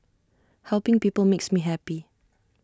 helping people makes me happy